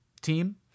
team